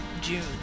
June